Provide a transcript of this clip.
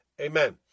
Amen